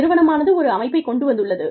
நிறுவனமானது ஒரு அமைப்பைக் கொண்டு வந்துள்ளது